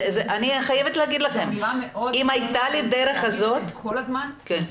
אנשים חייבים להיות עם מסכות כל הזמן.